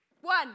One